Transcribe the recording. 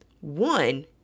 One